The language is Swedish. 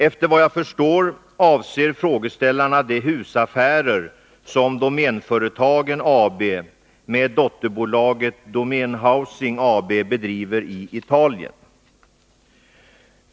Efter vad jag förstår avser frågeställarna de husaffärer som Domänföretagen AB med dotterbolaget Domän Housing AB bedriver i Italien.